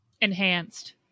enhanced